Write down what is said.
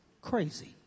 crazy